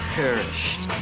perished